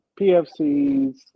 PFCs